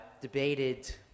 debated